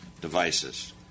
devices